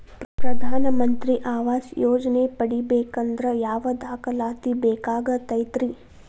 ಪ್ರಧಾನ ಮಂತ್ರಿ ಆವಾಸ್ ಯೋಜನೆ ಪಡಿಬೇಕಂದ್ರ ಯಾವ ದಾಖಲಾತಿ ಬೇಕಾಗತೈತ್ರಿ?